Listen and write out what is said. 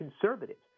conservatives